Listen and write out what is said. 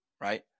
right